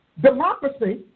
democracy